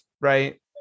right